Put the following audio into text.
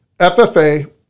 FFA